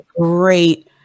great